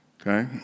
Okay